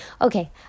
okay